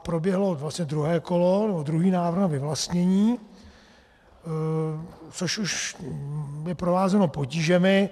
Proběhlo druhé kolo, druhý návrh na vyvlastnění, což už je provázeno potížemi.